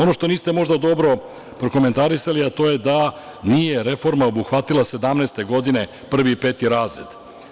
Ono što niste možda dobro prokomentarisali, to je da nije reforma obuhvatila 2017. godine od prvog do petog razreda.